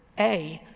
a,